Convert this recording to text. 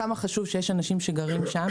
כמה חשוב שיש אנשים שגרים שם.